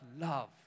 love